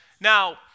Now